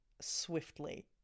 swiftly